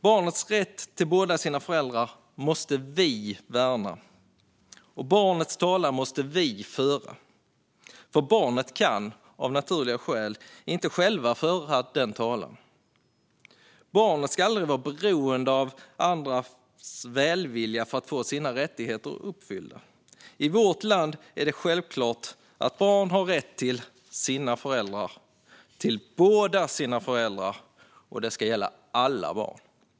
Barnets rätt till båda sina föräldrar måste vi värna. Barnets talan måste vi föra, för barnet kan av naturliga skäl inte självt föra sin talan. Barnet ska aldrig vara beroende av andras välvilja för att få sina rättigheter uppfyllda. I vårt land är det självklart att barn har rätt till sina föräldrar, till båda sina föräldrar, och det ska gälla alla barn.